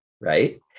right